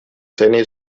seni